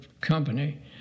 company